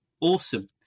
Awesome